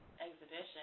exhibition